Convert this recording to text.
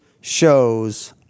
shows